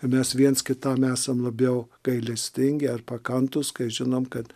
mes vienas kitam esam labiau gailestingi ar pakantūs kai žinom kad